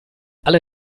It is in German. alle